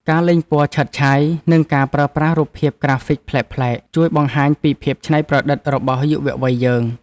ការលេងពណ៌ឆើតឆាយ និងការប្រើប្រាស់រូបភាពក្រាហ្វិកប្លែកៗ ជួយបង្ហាញពីភាពច្នៃប្រឌិតរបស់យុវវ័យយើង។